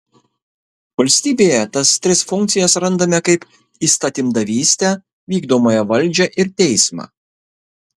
valstybėje tas tris funkcijas randame kaip įstatymdavystę vykdomąją valdžią ir teismą